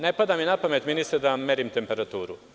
Ne pada mi napamet ministre da vam merim temperaturu.